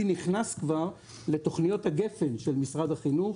נכנס לתכניות הגפ"ן של משרד החינוך.